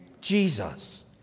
Jesus